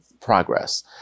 progress